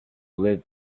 live